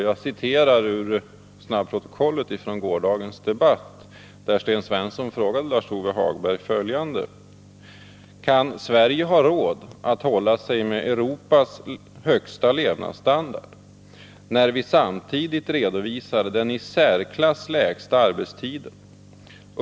Jag citerar ur snabbprotokollet från gårdagens debatt, där Sten Svensson frågade Lars-Ove Hagberg följande: ”Kan Sverige ha råd att hålla sig med Europas högsta levnadsstandard när vi samtidigt redovisar den i särklass lägsta arbetstiden?